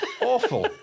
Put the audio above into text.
awful